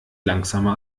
langsamer